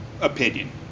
opinion